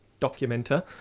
documenter